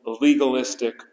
legalistic